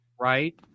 Right